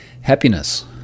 happiness